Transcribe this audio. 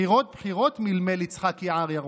בחירות, בחירות, מלמל יצחק יער ירוק.